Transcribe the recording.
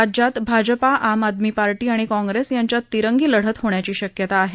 राज्यात भाजपा आम आदमी पार्टी आणि काँग्रेस यांच्यात तिरंगी लढत होण्याची शक्यता आहे